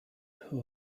who